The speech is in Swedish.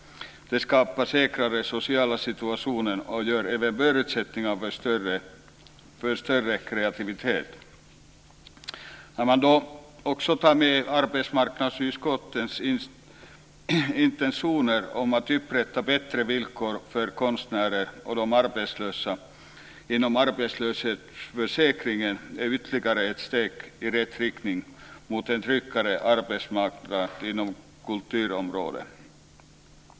Det skapar säkrare sociala situationer och ökar även förutsättningarna för större kreativitet. När man också tar med arbetsmarknadsutskottets intentioner om att upprätta bättre villkor för arbetslösa konstnärer inom arbetslöshetsförsäkringen är detta ett ytterligare steg i rätt riktning mot en tryggare arbetsmarknad inom kulturområdet.